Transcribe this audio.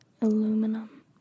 aluminum